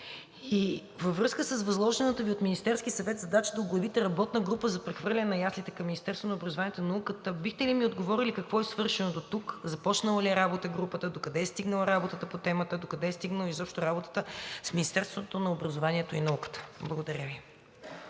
И във връзка с възложената Ви от Министерския съвет задача да оглавите работна група за прехвърляне на яслите към Министерството на образованието и науката, бихте ли ми отговорили какво е свършено дотук, започнала ли е работа групата, докъде е стигнала работата по темата, докъде е стигнала изобщо работата с Министерството на образованието и науката? Благодаря Ви.